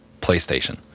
PlayStation